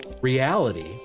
reality